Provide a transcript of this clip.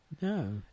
No